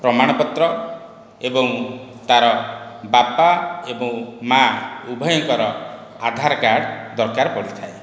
ପ୍ରମାଣପତ୍ର ଏବଂ ତା'ର ବାପା ଏବଂ ମାଆ ଉଭୟଙ୍କର ଆଧାର କାର୍ଡ଼ ଦରକାର ପଡ଼ିଥାଏ